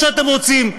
זה מה שאתם רוצים,